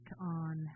on